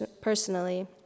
personally